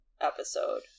episode